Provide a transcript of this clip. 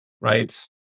right